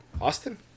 Austin